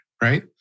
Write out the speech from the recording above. right